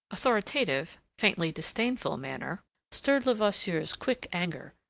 authoritative, faintly disdainful manner stirred levasseur's quick anger.